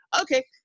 okay